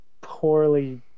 poorly